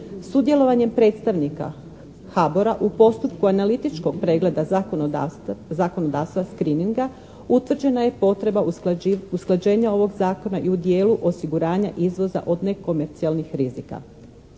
Sudjelovanje predstavnika HBOR-a u postupku analitičkog pregleda zakonodavstva, screeninga utvrđena je potreba usklađenja ovog zakona i u dijelu osiguranja izvoza od nekomercijalnih rizika.